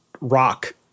rock